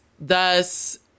thus